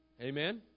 Amen